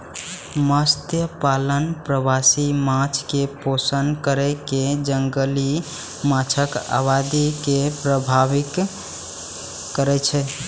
मत्स्यपालन प्रवासी माछ कें पोषण कैर कें जंगली माछक आबादी के प्रभावित करै छै